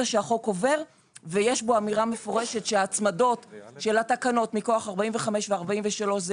שהחוק גובר ויש בו אמירה מפורשת שההצמדות של התקנות מכוח 45 ו-43 זה